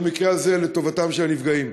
במקרה הזה לטובתם של הנפגעים.